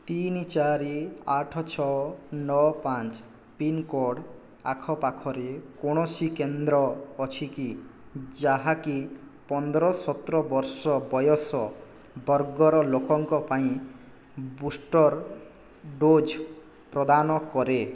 ତିନି ଚାରି ଆଠ ଛଅ ନଅ ପାଞ୍ଚ ପିନ୍କୋଡ଼୍ ପାଖରେ କୌଣସି କେନ୍ଦ୍ର ଅଛି କି ଯାହାକି ପନ୍ଦର ସତର ବର୍ଷ ବୟସ ବର୍ଗର ଲୋକଙ୍କ ପାଇଁ ବୁଷ୍ଟର ଡୋଜ୍ ପ୍ରଦାନ କରେ